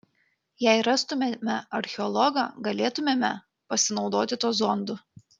jei rastumėme archeologą galėtumėme pasinaudoti tuo zondu